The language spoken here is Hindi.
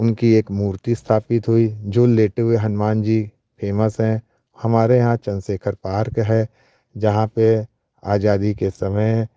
उनकी एक मूर्ति अस्थापित हुई जो लेटे हुए हनुमान जी फेमस हैं हमारे यहाँ चंद्रशेखर पार्क है जहाँ पर आज़ादी के समय